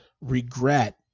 regret